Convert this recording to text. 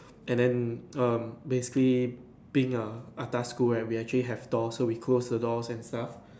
and then um basically being a atas school right we actually have doors so we close the doors and stuff